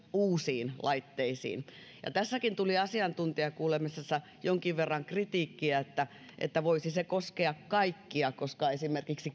uusiin laitteisiin tästäkin tuli asiantuntijakuulemisessa jonkin verran kritiikkiä että se voisi koskea kaikkia koska esimerkiksi